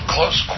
Close